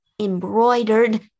embroidered